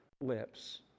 lips